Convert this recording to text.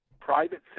private